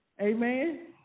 Amen